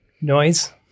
Noise